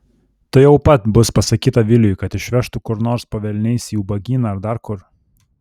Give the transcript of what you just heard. tuojau pat bus pasakyta viliui kad išvežtų kur nors po velniais į ubagyną ar dar kur